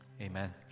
Amen